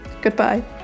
Goodbye